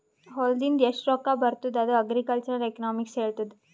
ಹೊಲಾದಿಂದ್ ಎಷ್ಟು ರೊಕ್ಕಾ ಬರ್ತುದ್ ಇದು ಅಗ್ರಿಕಲ್ಚರಲ್ ಎಕನಾಮಿಕ್ಸ್ ಹೆಳ್ತುದ್